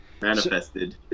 Manifested